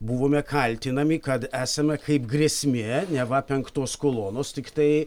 buvome kaltinami kad esame kaip grėsmė neva penktos kolonos tiktai